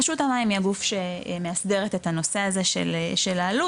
רשות המים היא הגוף שמהסדרת את הנושא הזה של העלות,